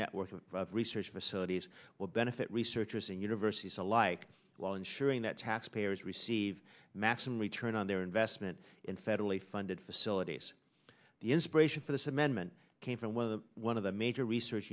network of research facilities will benefit researchers and universities alike while ensuring that taxpayers receive maximum return on their investment in federally funded facilities the inspiration for this amendment came from one of the one of the major research